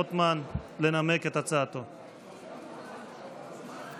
ונעבור להצעת החוק הבאה, הצעת